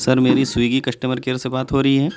سر میری Swiggy customer care سے بات ہو رہی ہے